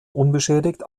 unbeschädigt